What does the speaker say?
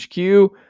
HQ